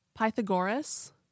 Pythagoras